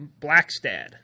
Blackstad